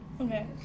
Okay